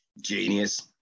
Genius